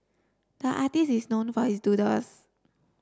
the artist is known for his doodles